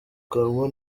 kanwa